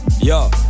Yo